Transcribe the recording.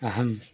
अहम्